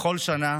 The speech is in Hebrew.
בכל שנה